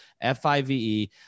F-I-V-E